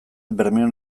bermeon